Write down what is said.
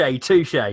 touche